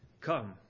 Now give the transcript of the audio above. Come